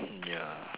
ya